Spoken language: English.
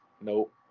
nope